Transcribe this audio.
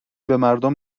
بمردم